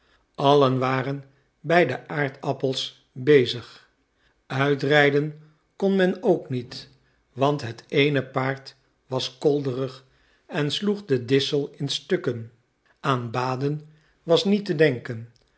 allen waren bij de aardappels bezig uitrijden kon men ook niet want het eene paard was kolderig en sloeg den dissel in stukken aan baden was niet te denken